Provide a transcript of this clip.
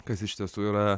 kas iš tiesų yra